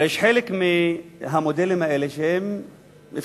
אבל חלק מהמודלים האלה הם סמויים,